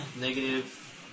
negative